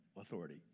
authority